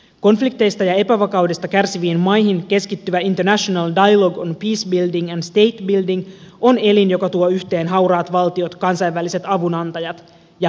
konflikteista ja epävakaudesta kärsiviin maihin keskittyvä international dialogue on peacebuilding and statebuilding on elin joka tuo yhteen hauraat valtiot kansainväliset avunantajat ja kansalaisyhteiskunnan